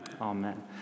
Amen